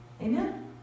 Amen